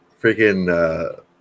freaking